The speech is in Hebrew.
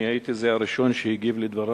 החוץ.